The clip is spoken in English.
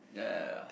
ya ya ya